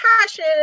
passion